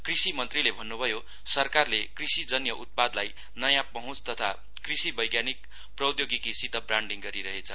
कृषि मन्त्रीले भन्नुभयो सरकारले कृषिजन्य उत्पादलाई नयाँ पहुँच तथा कृषि वैज्ञानिक प्रौद्योगिकीसित ब्राण्डिङ गरिरहेछ